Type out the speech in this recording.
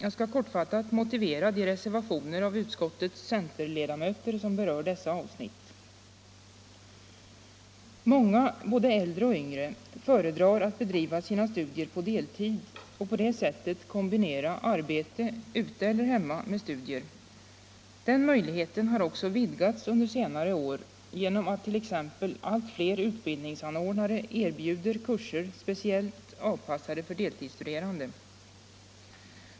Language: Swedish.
Jag skall kortfattat motivera de reservationer av utskottets centerledamöter som berör dessa avsnitt. Många, både äldre och yngre, föredrar att bedriva sina studier på deltid och på detta sätt kombinera arbete — ute eller hemma — med studier. Den möjligheten har också vidgats under senare år genom att t.ex. allt fler utbildningsanordnare erbjuder kurser, speciellt avpassade för deltidsstuderande.